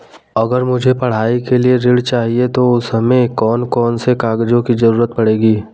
अगर मुझे पढ़ाई के लिए ऋण चाहिए तो उसमें कौन कौन से कागजों की जरूरत पड़ेगी?